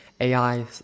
AI